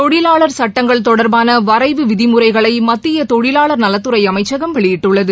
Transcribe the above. தொழிலாளா் சுட்டங்கள் தொடா்பாள வரைவு விதிமுறைகளை மத்திய தொழிலாளா் நலத்துறை அமைச்சகம் வெளியிட்டுள்ளது